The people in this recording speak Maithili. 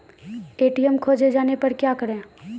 ए.टी.एम खोजे जाने पर क्या करें?